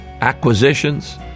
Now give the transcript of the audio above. acquisitions